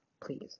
Please